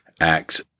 Acts